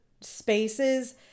spaces